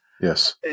Yes